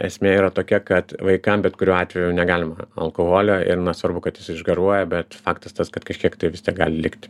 esmė yra tokia kad vaikam bet kuriuo atveju negalima alkoholio ir nesvarbu kad jis išgaruoja bet faktas tas kad kažkiek tai vis tiek gali likti